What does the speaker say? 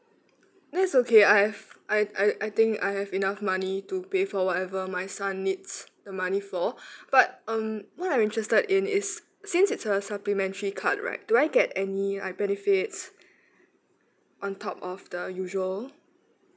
that's okay I've I I I think I have enough money to pay for whatever my son needs the money for but um what I'm interested in is since it's a supplementary card right do I get any like benefits on top of the usual